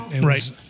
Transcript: Right